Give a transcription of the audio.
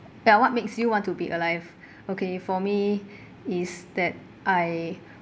ya what makes you want to be alive okay for me is that I